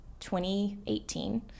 2018